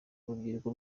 urubyiruko